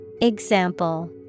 Example